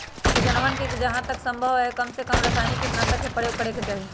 किसनवन के जहां तक संभव हो कमसेकम रसायनिक कीटनाशी के प्रयोग करे के चाहि